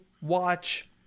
watch